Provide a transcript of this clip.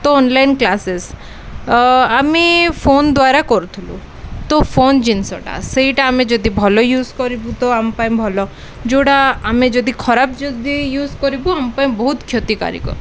ତ online classes ଆମେ phone ଦ୍ୱାରା କରୁଥିଲୁ ତୋ ଫୋନ ଜିନିଷଟା ସେଇଟା ଆମେ ଯଦି ଭଲ ୟୁଜ୍ କରିବୁ ତ ଆମ ପାଇଁ ଭଲ ଯେଉଁଟା ଆମେ ଯଦି ଖରାପ ଯଦି ୟୁଜ୍ କରିବୁ ଆମ ପାଇଁ ବହୁତ କ୍ଷତିକାରକ